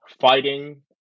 fighting